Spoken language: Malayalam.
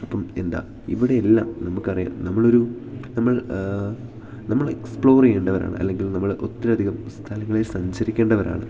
അപ്പം എന്താ ഇവിടെ എല്ലാം നമുക്കറിയാം നമ്മളൊരു നമ്മൾ നമ്മൾ എക്സ്പ്ലോർ ചെയ്യേണ്ടവരാണ് അല്ലെങ്കിൽ നമ്മൾ ഒത്തിരിയധികം സ്ഥലങ്ങളിൽ സഞ്ചരിക്കേണ്ടവരാണ്